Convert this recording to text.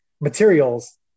materials